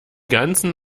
ganzen